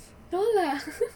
no lah